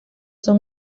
son